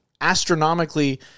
astronomically